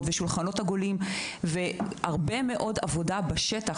והדרכות ושולחנות עגולים והרבה מאוד עבודה בשטח.